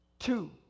Two